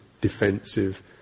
defensive